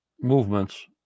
movements